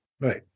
Right